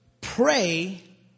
pray